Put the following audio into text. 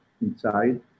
inside